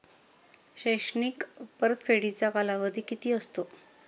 शैक्षणिक परतफेडीचा कालावधी किती असतो?